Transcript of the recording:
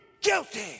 guilty